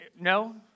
No